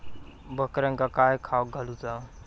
बकऱ्यांका काय खावक घालूचा?